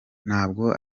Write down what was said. ntabwo